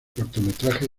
cortometraje